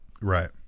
Right